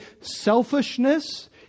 selfishness